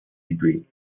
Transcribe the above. degree